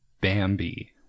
Bambi